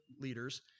leaders